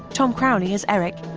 tom crowley as eric,